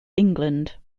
england